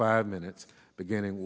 five minutes beginning